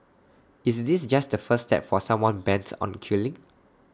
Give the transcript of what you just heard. is this just the first step for someone bent on killing